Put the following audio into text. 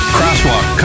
Crosswalk